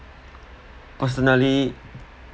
personally